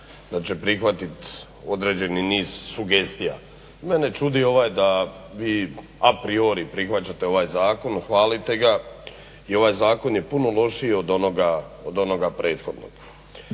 da će prihvati određeni niz sugestija. Mene čudi ovaj da vi apriori prihvaćate ovaj zakon, hvalite ga i ovaj zakon je puno lošiji od onoga prethodnog